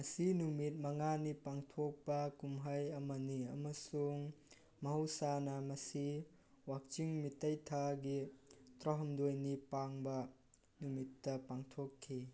ꯃꯁꯤ ꯅꯨꯃꯤꯠ ꯃꯉꯥꯅꯤ ꯄꯥꯡꯊꯣꯛꯄ ꯀꯨꯝꯍꯩ ꯑꯃꯅꯤ ꯑꯃꯁꯨꯡ ꯃꯍꯧꯁꯥꯅ ꯃꯁꯤ ꯋꯥꯛꯆꯤꯡ ꯃꯤꯇꯩ ꯊꯥꯒꯤ ꯇꯔꯥꯍꯨꯝꯗꯣꯏꯅꯤ ꯄꯥꯟꯕ ꯅꯨꯃꯤꯠꯇ ꯄꯥꯡꯊꯣꯛꯈꯤ